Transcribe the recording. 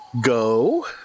go